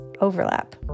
overlap